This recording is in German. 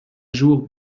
jour